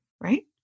right